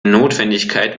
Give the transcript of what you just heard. notwendigkeit